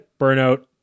burnout